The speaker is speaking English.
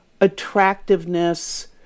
attractiveness